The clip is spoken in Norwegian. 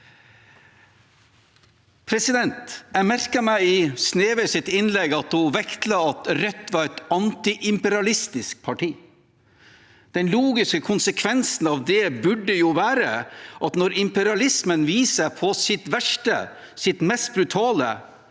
representanten Sneve Martinussen i sitt innlegg vektla at Rødt var et antiimperialistisk parti. Den logiske konsekvensen av det burde jo være at når imperialismen viser seg på sitt verste, sitt mest brutale,